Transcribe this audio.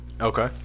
Okay